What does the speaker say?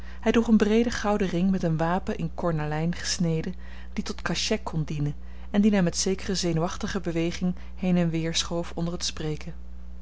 hij droeg een breeden gouden ring met een wapen in cornalijn gesneden die tot cachet konde dienen en dien hij met zekere zenuwachtige beweging heen en weer schoof onder het spreken